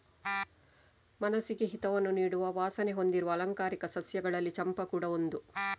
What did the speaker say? ಮನಸ್ಸಿಗೆ ಹಿತವನ್ನ ನೀಡುವ ವಾಸನೆ ಹೊಂದಿರುವ ಆಲಂಕಾರಿಕ ಸಸ್ಯಗಳಲ್ಲಿ ಚಂಪಾ ಕೂಡಾ ಒಂದು